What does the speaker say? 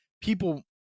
people